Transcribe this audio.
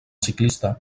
ciclista